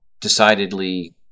decidedly